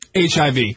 HIV